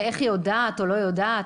ואיך היא יודעת או לא יודעת.